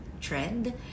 trend